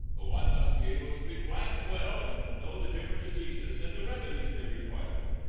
but one must be able to speak latin well, and know the different diseases and the remedies they require.